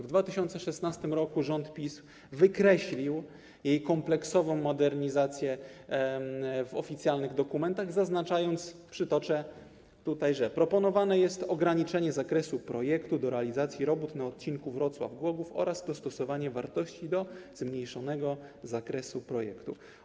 W 2016 r. rząd PiS wykreślił jej kompleksową modernizację z oficjalnych dokumentów, zaznaczając, przytoczę, że proponowane jest ograniczenie zakresu projektu do realizacji robót na odcinku Wrocław - Głogów oraz dostosowanie wartości do zmniejszonego zakresu projektu.